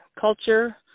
culture